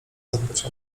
zadbać